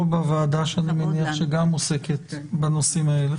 בוועדה שאני מניח שגם עוסקת בנושאים האלה.